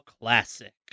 Classic